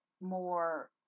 more